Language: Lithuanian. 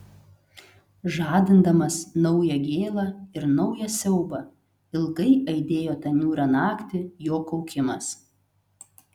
žadindamas naują gėlą ir naują siaubą ilgai aidėjo tą niūrią naktį jo kaukimas